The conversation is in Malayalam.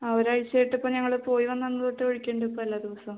ആ ഒരാഴ്ചയായിട്ടിപ്പോൾ ഞങ്ങൾ പോയി വന്ന അന്ന് തൊട്ട് ഒഴിക്കുന്നുണ്ട് ഇപ്പം എല്ലാ ദിവസം